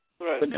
Right